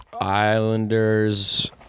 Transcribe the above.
Islanders